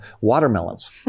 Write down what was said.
watermelons